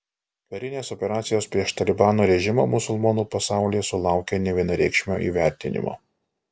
karinės operacijos prieš talibano režimą musulmonų pasaulyje sulaukė nevienareikšmio įvertinimo